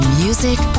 music